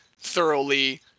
thoroughly